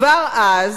כבר אז,